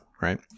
right